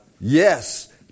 Yes